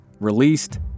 released